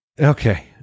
okay